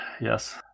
Yes